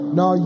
no